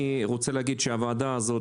בוועדה הזו,